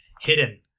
hidden